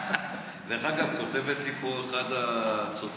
דרך אגב, כותבת לי פה אחת הצופות